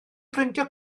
brintio